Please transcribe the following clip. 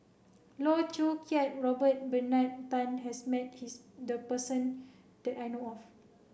Loh Choo Kiat Robert Bernard Tan has met hie the person that I know of